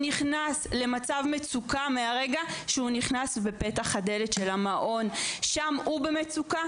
כבר כשהוא נכנס בפתח הדלת של המעון מתחילה המצוקה,